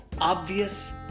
Obvious